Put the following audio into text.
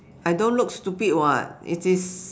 I don't look stupid [what] it is